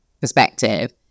perspective